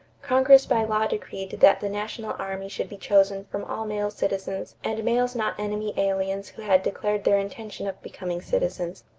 congress by law decreed that the national army should be chosen from all male citizens and males not enemy aliens who had declared their intention of becoming citizens.